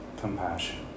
compassion